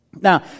Now